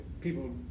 People